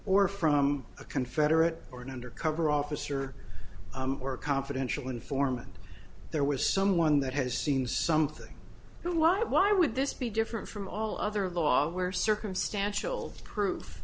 or from a confederate or an undercover officer or a confidential informant there was someone that has seen something and why why would this be different from all other law where circumstantial pro